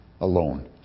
alone